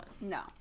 no